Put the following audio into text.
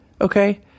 okay